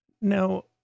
Now